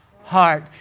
heart